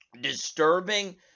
disturbing